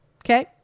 Okay